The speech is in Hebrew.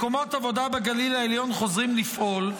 מקומות העבודה בגליל העליון חוזרים לפעול,